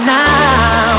now